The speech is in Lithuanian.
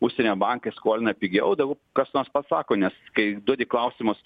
užsienio bankai skolina pigiau tegu kas nors pasako nes kai duodi klausimus